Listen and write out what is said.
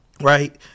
right